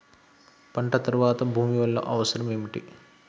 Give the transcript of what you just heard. పంట తర్వాత భూమి వల్ల అవసరం ఏమిటి?